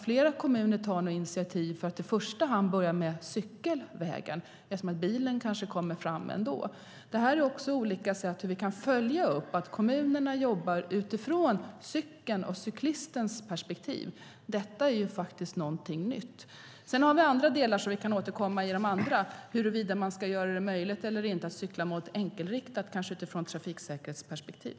Flera kommuner tar nu initiativ för att börja med cykelvägen, eftersom bilen kanske kommer fram ändå. Det är olika sätt hur vi kan följa upp att kommunerna jobbar utifrån cykeln och cyklistens perspektiv. Detta är faktiskt något nytt. Sedan har vi andra delar som vi kan återkomma till när det gäller huruvida man ska göra det möjligt eller inte att cykla mot enkelriktat, kanske utifrån ett trafiksäkerhetsperspektiv.